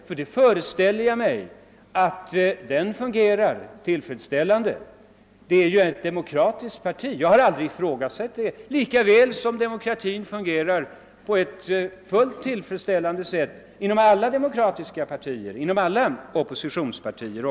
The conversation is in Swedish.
Jag föreställer mig att den fungerar tillfredsställande, lika väl som den fungerar på ett fullt tillfredsställande sätt inom de demokratiska oppositionspartierna.